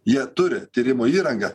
jie turi tyrimų įrangą